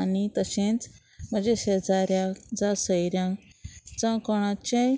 आनी तशेंच म्हज्या शेजाऱ्यांक जावं सयऱ्यांक जावं कोणाचेय